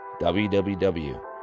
www